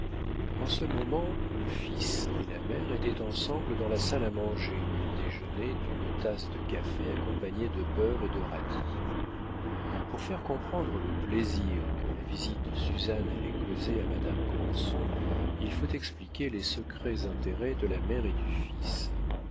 en ce moment le fils et la mère étaient ensemble dans la salle à manger où ils déjeunaient d'une tasse de café accompagnée de beurre et de radis pour faire comprendre le plaisir que la visite de suzanne allait causer à madame granson il faut expliquer les secrets intérêts de la mère et du fils